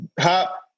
Hop